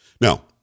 Now